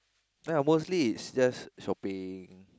ya mostly it's just shopping